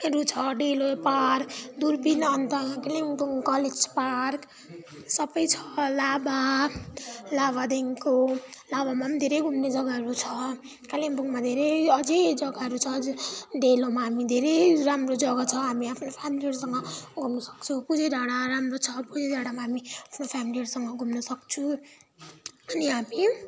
हरू छ डेलो पार्क दुर्बिन अन्त कालिम्पोङ कलेज पार्क सबै छ लाभा लाभादेखिको लाभामा पनि धेरै घुम्ने जग्गाहरू छ कालिम्पोङमा धेरै अझै जग्गाहरू छ डेलोमा हामी धेरै राम्रो जग्गा छ हामी आफ्नो फेमिलीहरूसँग घुम्नु सक्छौँ पूजे डाँडा राम्रो छ पूजे डाँडामा हामी आफ्नो फेमिलीहरूसँग घुम्न सक्छु अनि हामी